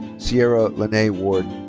cierra lanae ward.